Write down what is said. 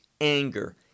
anger